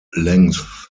lengths